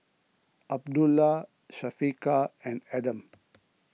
Abdullah Syafiqah and Adam